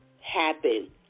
happen